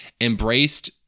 embraced